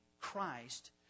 Christ